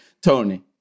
Tony